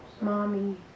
mommy